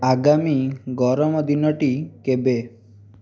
ଆଗାମୀ ଗରମ ଦିନଟି କେବେ